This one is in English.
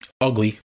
Ugly